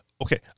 Okay